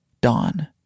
Dawn